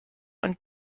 und